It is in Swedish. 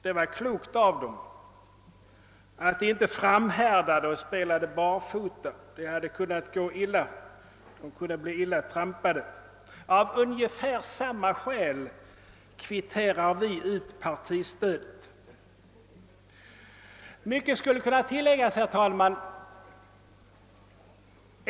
Det var klokt av dem att inte framhärda och spela barfota. Det hade kunnat gå illa; de hade kunnat bli illa trampade. Av ungefär samma skäl kvitterar vi ut partistödet. Mycket skulle kunna tilläggas, herr tälman.